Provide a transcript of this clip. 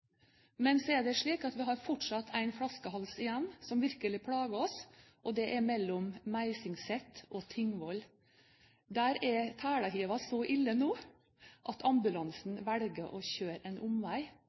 Men så er det slik at vi fortsatt har en flaskehals igjen som virkelig plager oss, og det er mellom Meisingset og Tingvoll. Der er telehivingene nå så ille at